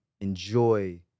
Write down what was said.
enjoy